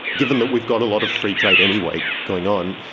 given that we've got a lot of free trade anyway going on,